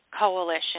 coalition